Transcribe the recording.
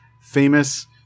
famous